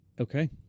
Okay